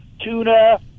tuna